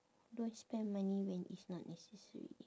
don't spend money when it's not necessary